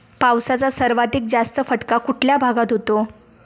पावसाचा सर्वाधिक जास्त फटका कुठल्या भागात होतो?